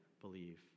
believe